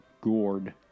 Gourd